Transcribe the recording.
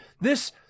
this-